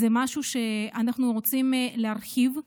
זה משהו שאנחנו רוצים להרחיב.